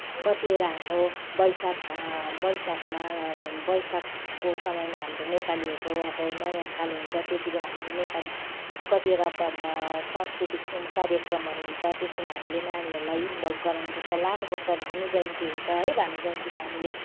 कतिवटा हाम्रो वैशाख वैशाखमा वैशाखको समयमा हाम्रो नेपालीहरूको अब नयाँ साल हुन्छ त्यति बेला हाम्रो नेपाली कतिवटा अब सांस्कृतिक कार्यक्रमहरू हुन्छ त्यस्तोमा हामीले नानीहरूलाई इन्भल्भ गराउनुपर्छ लानुपर्छ भानु जयन्ती हुन्छ है भानु जयन्तीमा हामीले